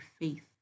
faith